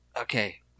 Okay